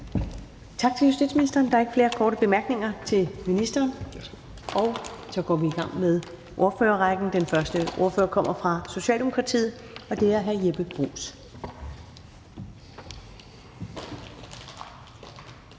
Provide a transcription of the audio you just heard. Tak til justitsministeren. Der er ikke flere korte bemærkninger til ministeren. Så går vi i gang med ordførerrækken. Den første ordfører kommer fra Socialdemokratiet, og det er hr. Jeppe Bruus.